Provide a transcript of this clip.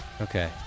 Okay